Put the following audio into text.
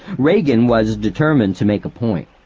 reagan was determined to make a point.